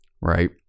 right